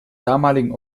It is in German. damaligen